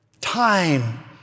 time